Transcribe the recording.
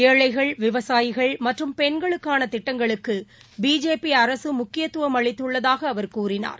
ஏழைகள் விவசாயிகள் மற்றும் பெண்களுக்கானதிட்டங்களுக்குபிஜேபிஅரசமுக்கியத்துவம் அளித்துள்ளதாகஅவர் கூறினார்